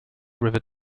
river